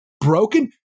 Broken